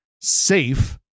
Safe